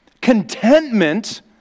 Contentment